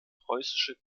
preußische